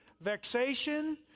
vexation